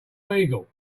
beagle